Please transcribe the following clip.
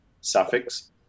suffix